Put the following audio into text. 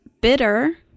bitter